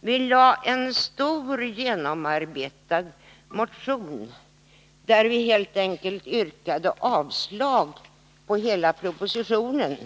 Vi väckte en stor och genomarbetad motion, där vi helt enkelt yrkade avslag på hela propositionen.